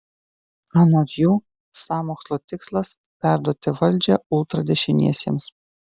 anot jų sąmokslo tikslas perduoti valdžią ultradešiniesiems